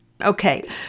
Okay